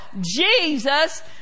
Jesus